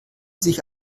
sich